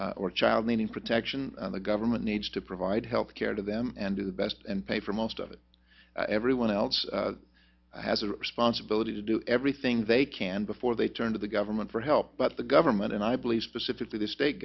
disabled or child meaning protection the government needs to provide health care to them and do the best and pay for most of it everyone else has a responsibility to do everything they can before they turn to the government for help but the government and i believe specifically the state